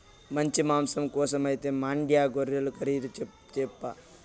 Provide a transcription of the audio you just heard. మంచి మాంసం కోసమైతే మాండ్యా గొర్రెలు ఖరీదు చేయప్పా